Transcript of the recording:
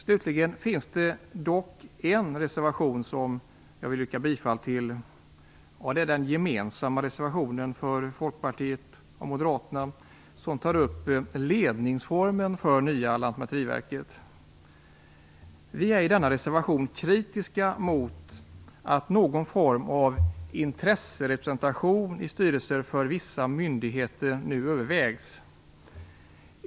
Slutligen finns det dock en reservation som jag vill yrka bifall till, och det är den för Folkpartiet och Moderaterna gemensamma reservationen, som gäller ledningsformen för nya Lantmäteriverket. Vi är i denna reservation kritiska mot att någon form av intresserepresentation nu övervägs i styrelser för vissa myndigheter.